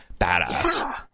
badass